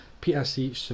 P-S-C